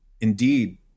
Indeed